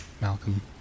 Malcolm